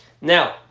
Now